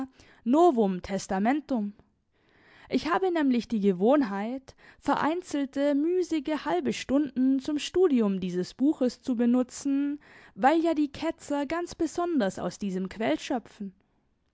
novum testamentum ich habe nämlich die gewohnheit vereinzelte müßige halbe stunden zum studium dieses buches zu benutzen weil ja die ketzer ganz besonders aus diesem quell schöpfen